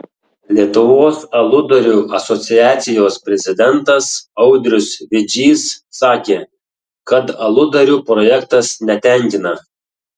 lietuvos aludarių asociacijos prezidentas audrius vidžys sakė kad aludarių projektas netenkina